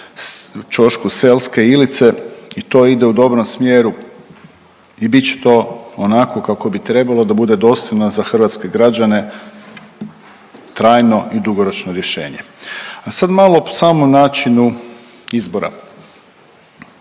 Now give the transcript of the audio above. ćošku Selske i Ilice i to ide u dobrom smjeru i bit će to onako kako bi trebalo da bude dostojno za hrvatske građane, trajno i dugoročno rješenje. A sad malo o samom načinu izbora,